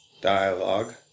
dialogue